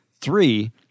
Three